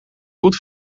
goed